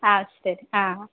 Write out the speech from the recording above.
ஆ சரி ஆ